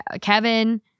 Kevin